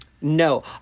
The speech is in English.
No